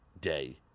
day